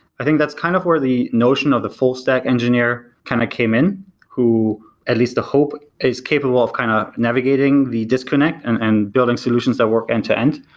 i think that's kind of where the notion of the full stack engineer kind of came in who at least the hope is capable of kind of navigating the disconnect and and building solutions that work end-to-end.